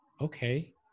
Okay